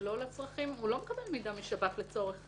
לא מקבל משב"כ מידע לצורך